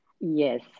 Yes